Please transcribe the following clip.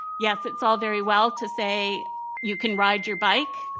yes, it's all very well to say you can ride your bike.